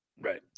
Right